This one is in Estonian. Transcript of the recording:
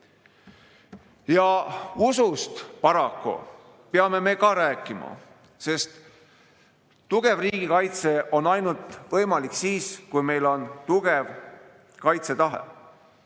Ja usust paraku peame me ka rääkima, sest tugev riigikaitse on võimalik ainult siis, kui meil on tugev kaitsetahe.